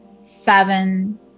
seven